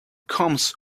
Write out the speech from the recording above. comes